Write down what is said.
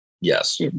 yes